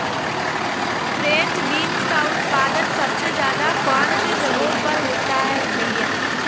French beans का उत्पादन सबसे ज़्यादा कौन से जगहों पर होता है भैया?